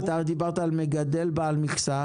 אתה דיברת על מגדל בעל מכסה,